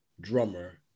drummer